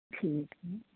ਠੀਕ ਨੇ